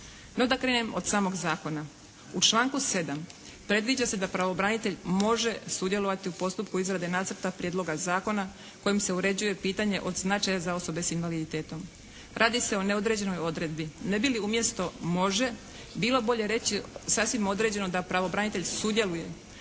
No, da krenem od samog zakona. U članku 7. predviđa se da pravobranitelj može sudjelovati u postupku izrade nacrta prijedloga zakona kojim se uređuje pitanje od značaja za osobe s invaliditetom. Radi se o neodređenoj odredbi. Ne bi li umjesto može bilo bolje reći sasvim određeno da pravobranitelj sudjeluje